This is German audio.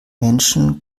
menschen